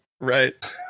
right